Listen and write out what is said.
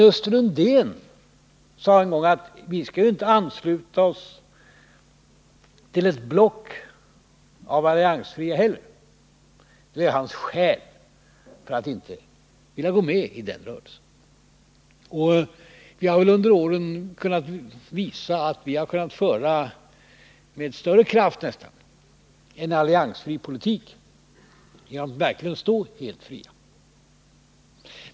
Östen Undén sade en gång att vi skall inte heller ansluta oss till ett block av alliansfria. Det var hans skäl för att inte vilja gå med i den rörelsen. Vi har under åren visat att vi — nästan med större kraft — kunnat föra en alliansfri politik genom att verkligen stå helt fria.